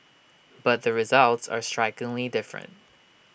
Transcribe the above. but the results are strikingly different